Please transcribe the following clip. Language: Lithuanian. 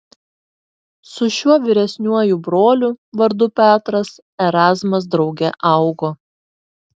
su šiuo vyresniuoju broliu vardu petras erazmas drauge augo